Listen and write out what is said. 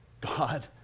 God